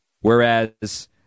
whereas